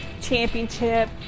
Championship